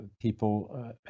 people